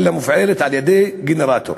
אלא מופעלת על-ידי גנרטור.